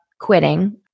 quitting